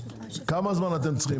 כמה זמן אתם צריכים?